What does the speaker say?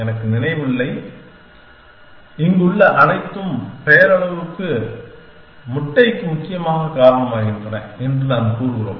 எனக்கு நினைவில் இல்லை இங்குள்ள அனைத்தும் பெயரளவு முட்டைக்கு முக்கியமாக காரணமாகின்றன என்று நாம் கூறுகிறோம்